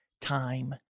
time